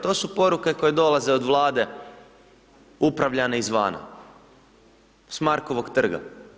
To su poruke koje dolaze od vlade upravljane iz vana, s Markovog trga.